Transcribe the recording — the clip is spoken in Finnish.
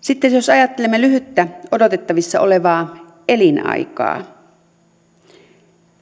sitten jos ajattelemme lyhyttä odotettavissa olevaa elinaikaa